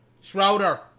Schroeder